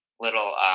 little